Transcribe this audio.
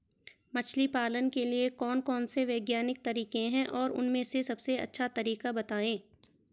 मछली पालन के लिए कौन कौन से वैज्ञानिक तरीके हैं और उन में से सबसे अच्छा तरीका बतायें?